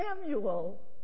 Samuel